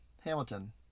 Hamilton